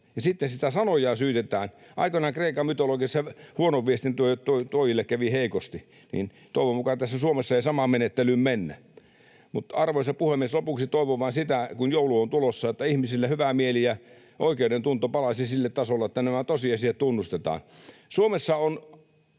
sitten sitä sanojaa syytetään. Aikoinaan Kreikan mytologiassa huonon viestin tuojille kävi heikosti. Toivon mukaan täällä Suomessa ei samaan menettelyyn mennä. Mutta, arvoisa puhemies, lopuksi toivon vain sitä — kun joulu on tulossa — että ihmisillä hyvä mieli ja oikeudentunto palaisivat sille tasolle, että nämä tosiasiat tunnustetaan. Suomessa